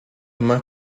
más